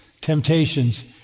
temptations